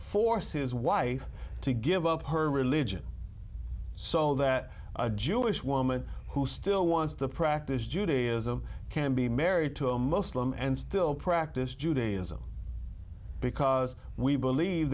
force his wife to give up her religion so that a jewish woman who still wants to practice judaism can be married to a most of them and still practice judaism because we believe